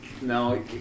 No